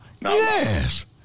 Yes